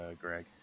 Greg